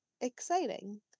exciting